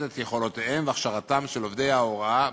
את יכולותיהם והכשרתם של עובדי ההוראה במקצוע.